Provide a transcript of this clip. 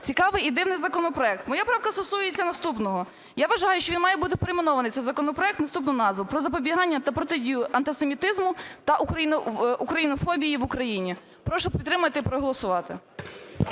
цікавий і дивний законопроект. Моя правка стосується наступного. Я вважаю, що він має бути перейменований, цей законопроект у наступну назву: про запобігання та протидію антисемітизму та українофобії в Україні. Прошу підтримати і проголосувати.